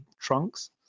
trunks